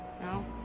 no